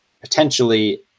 potentially